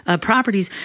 properties